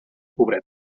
pobret